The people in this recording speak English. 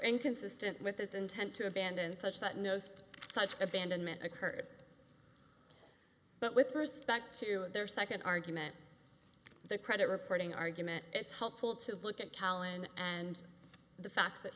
inconsistent with its intent to abandon such that knows such abandonment occurred but with respect to their second argument the credit reporting argument it's helpful to look at calendar and the fact that